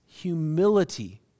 humility